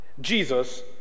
Jesus